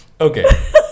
Okay